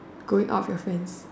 going out with your friends